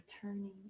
turning